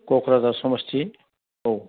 क'क्राझार समस्ति औ